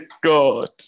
God